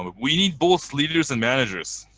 um we need both leaders and managers.